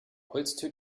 holztür